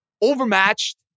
Overmatched